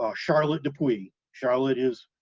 ah charlotte dupuy. charlotte is,